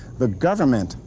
the government,